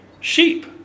sheep